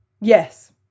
yes